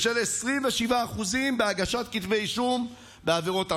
ושל 27% בהגשת כתבי אישום בגין עבירות אמל"ח,